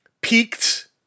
peaked